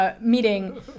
Meeting